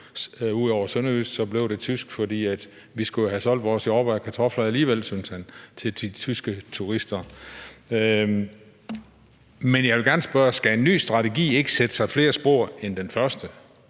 ud over sønderjysk – tysk, fordi vi jo alligevel skulle have solgt vores kartofler og jordbær, syntes han, til de tyske turister. Men jeg vil gerne spørge: Skal en ny strategi ikke sætte sig flere spor end den første?